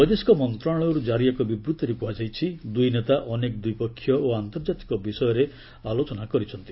ବୈଦେଶିକ ମନ୍ତ୍ରଣାଳୟରୁ ଜାରି ଏକ ବିବୃଭିରେ କୁହାଯାଇଛି ଦୁଇ ନେତା ଅନେକ ଦ୍ୱିପକ୍ଷୀୟ ଓ ଆନ୍ତର୍ଜାତିକ ବିଷୟରେ ଆଲୋଚନା କରିଛନ୍ତି